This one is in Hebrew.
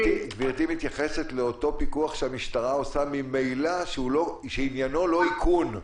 --- גברתי מתייחסת לאותו פיקוח שהמשטרה עושה ממילא שעניינו לא איכון.